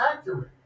accurate